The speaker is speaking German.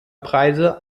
preise